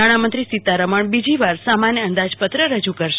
નાણામંત્રી સીતારમણ બીજી વાર સામાન્ય અંદાજપત્ર રજુ કરશે